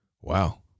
Wow